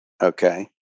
okay